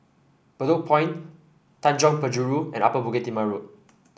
Bedok Point Tanjong Penjuru and Upper Bukit Timah Road